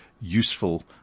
useful